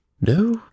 No